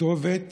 הכתובת